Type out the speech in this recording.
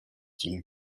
tím